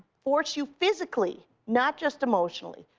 force you physically, not just emotionally.